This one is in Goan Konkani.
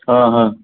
आं हां